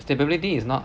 stability is not